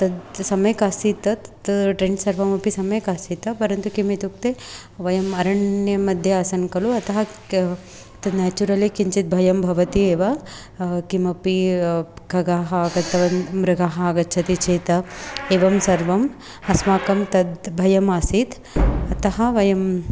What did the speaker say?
तत् सम्यक् आसीत् तत् ट्रेण्ड् सर्वमपि सम्यक् आसीत् परन्तु किम् इत्युक्ते वयम् अरण्यमध्ये आसन् खलु अतः क तत् न्याचुरलि किञ्चित् भयं भवति एव किमपि खगः आगतवान् मृगाः आगच्छति चेत् एवं सर्वम् अस्माकं तत् भयमासीत् अतः वयम्